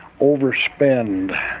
overspend